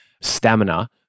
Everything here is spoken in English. stamina